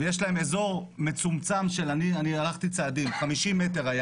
ויש להם אזור מצומצם של אני הערכתי צעדים 50 מטר היה